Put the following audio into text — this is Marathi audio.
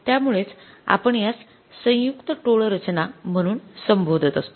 त्यामुळेच आपण यास संयुक्त टोळ रचना म्हणून संभोधत असतो